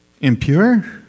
impure